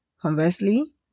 Conversely